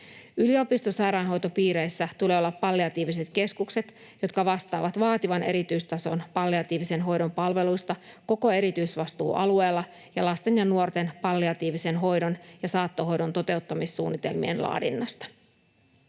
Yliopistosairaanhoitopiireissä tulee olla palliatiiviset keskukset, jotka vastaavat vaativan erityistason palliatiivisen hoidon palveluista koko erityisvastuualueella ja lasten ja nuorten palliatiivisen hoidon ja saattohoidon toteuttamissuunnitelmien laadinnasta.